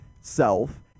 self